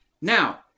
Now